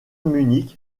munich